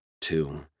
two